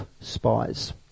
spies